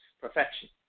perfection